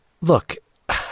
Look